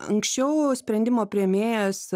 anksčiau sprendimo priėmėjas